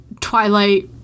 twilight